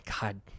god